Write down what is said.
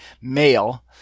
male